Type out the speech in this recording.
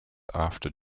after